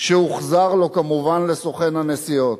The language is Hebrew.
שהוחזרו לו, כמובן, לסוכן הנסיעות.